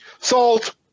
salt